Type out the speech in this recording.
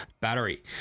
battery